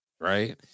right